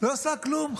לא עשה כלום.